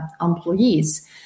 employees